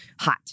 hot